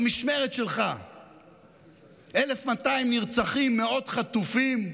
במשמרת שלך 1,200 נרצחים, מאות חטופים,